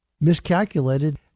miscalculated